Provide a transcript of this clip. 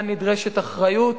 כאן נדרשת אחריות.